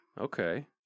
Okay